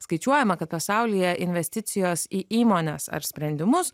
skaičiuojama kad pasaulyje investicijos į įmones ar sprendimus